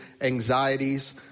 anxieties